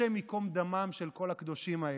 השם ייקום דמם של כל הקדושים האלו.